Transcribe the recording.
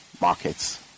markets